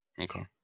Okay